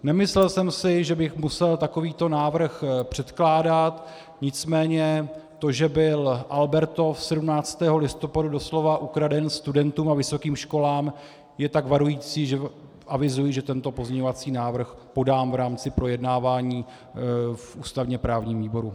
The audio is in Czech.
Nemyslel jsem si, že bych musel takovýto návrh předkládat, nicméně to, že byl Albertov 17. listopadu doslova ukraden studentům a vysokým školám, je tak varující, že avizuji, že tento pozměňovací návrh podám v rámci projednávání v ústavněprávním výboru.